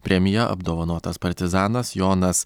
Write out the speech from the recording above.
premija apdovanotas partizanas jonas